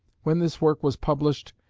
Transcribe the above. when this work was published,